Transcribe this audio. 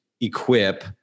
equip